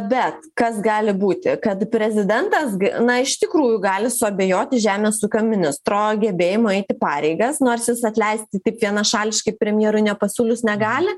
bet kas gali būti kad prezidentas gi na iš tikrųjų gali suabejoti žemės ūkio ministro gebėjimo eiti pareigas nors jis atleisti tik vienašališkai premjerui nepasiūlius negali